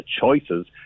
choices